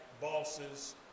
bosses